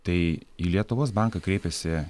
tai į lietuvos banką kreipėsi